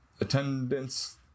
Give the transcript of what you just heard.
attendance